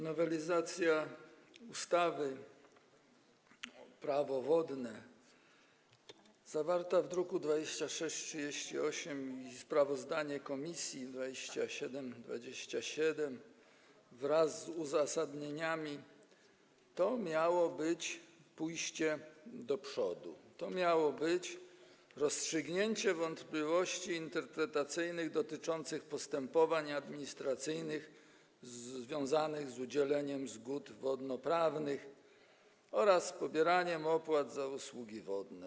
Nowelizacja ustawy Prawo wodne zawarta w druku nr 2638 i sprawozdanie komisji z druku nr 2727 wraz z uzasadnieniami to miało być pójście do przodu, to miało być rozstrzygnięcie wątpliwości interpretacyjnych dotyczących postępowań administracyjnych związanych z udzielaniem zgód wodnoprawnych oraz pobieraniem opłat za usługi wodne.